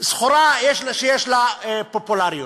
סחורה שיש לה פופולריות.